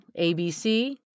ABC